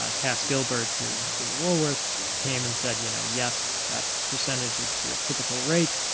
ah cass gilbert, who did woolworth came and said, you know yes, that percentage is the typical rate.